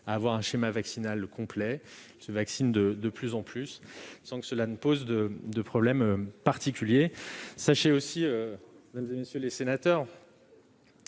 d'un schéma vaccinal complet, et ces jeunes se vaccinent de plus en plus, sans que cela pose de problème particulier. Sachez aussi, mesdames, messieurs les sénateurs,